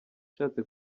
ushatse